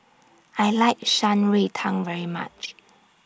I like Shan Rui Tang very much